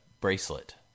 bracelet